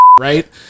right